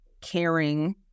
caring